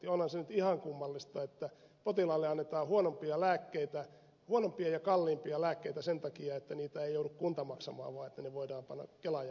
onhan se nyt ihan kummallista että potilaalle annetaan huonompia ja kalliimpia lääkkeitä sen takia että niitä ei joudu kunta maksamaan vaan että ne voidaan panna kelan ja potilaan piikkiin